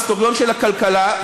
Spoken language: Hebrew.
הוא היסטוריון של הכלכלה,